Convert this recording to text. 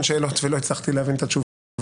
שאלות ולא הצלחתי להבין את התשובות.